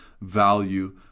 value